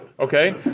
Okay